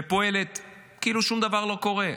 ופועלת כאילו שום דבר לא קורה,